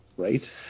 right